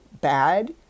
bad